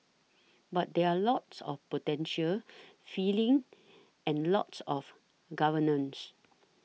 but there are lots of potential feelings and lots of governments